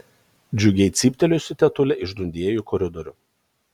džiugiai cyptelėjusi tetulė išdundėjo į koridorių